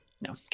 No